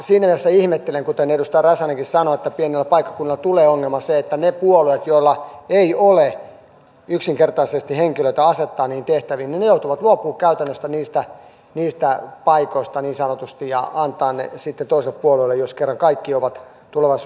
siinä mielessä ihmettelen kuten edustaja räsänenkin sanoi että pienillä paikkakunnilla tulee ongelmaksi se että ne puolueet joilla ei ole yksinkertaisesti henkilöitä asettaa niihin tehtäviin joutuvat niin sanotusti luopumaan käytännössä niistä paikoista ja antamaan ne sitten toiselle puolueelle jos kerran kaikki ovat tulevaisuudessa jäävejä